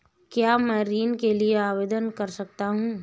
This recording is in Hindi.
क्या मैं ऋण के लिए ऑनलाइन आवेदन कर सकता हूँ?